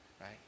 right